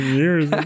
years